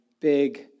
big